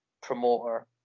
promoter